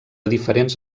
diferents